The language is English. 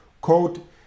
quote